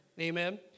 Amen